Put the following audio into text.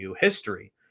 history